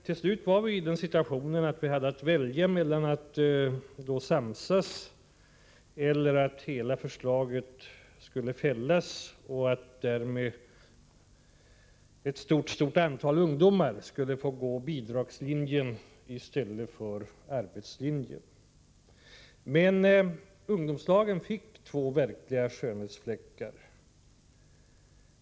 Till slut var vi emellertid i den situationen att vi hade att välja mellan att samsas och att fälla hela förslaget, vilket innebar att ett stort antal ungdomar skulle få följa bidragslinjen i stället för arbetslinjen. Ungdomslagen fick dock två verkliga skönhetsfläckar.